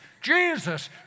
Jesus